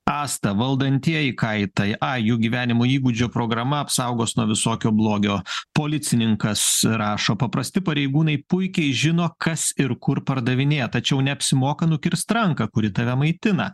asta valdantieji ką į tai a jų gyvenimo įgūdžių programa apsaugos nuo visokio blogio policininkas rašo paprasti pareigūnai puikiai žino kas ir kur pardavinėja tačiau neapsimoka nukirst ranką kuri tave maitina